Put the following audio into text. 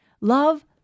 Love